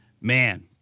Man